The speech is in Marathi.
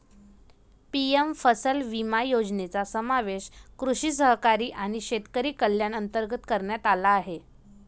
पी.एम फसल विमा योजनेचा समावेश कृषी सहकारी आणि शेतकरी कल्याण अंतर्गत करण्यात आला आहे